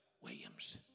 Williams